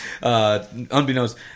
Unbeknownst